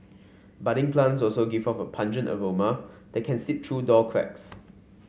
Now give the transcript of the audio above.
budding plants also give off a pungent aroma that can seep through door cracks